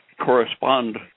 correspond